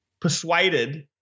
persuaded